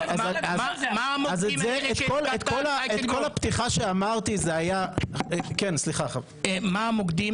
אז את כל הפתיחה שאמרתי זה היה --- מה המוקדים?